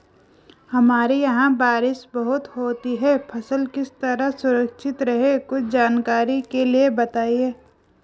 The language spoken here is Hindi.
हमारे यहाँ बारिश बहुत होती है फसल किस तरह सुरक्षित रहे कुछ जानकारी के लिए बताएँ?